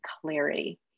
clarity